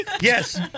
Yes